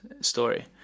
story